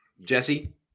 Jesse